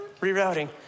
rerouting